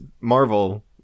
Marvel